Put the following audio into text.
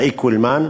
the equal man .